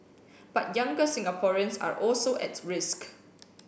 but younger Singaporeans are also at risk